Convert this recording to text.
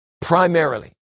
primarily